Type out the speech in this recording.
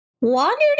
wandered